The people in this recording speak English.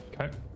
Okay